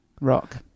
rock